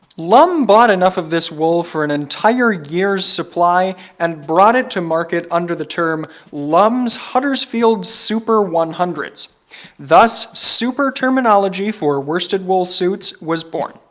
lumb bought enough of this wool for an entire year's supply and brought it to market under the term lumb's huddersfield super one hundred s so thus super terminology for worsted wool suits was born.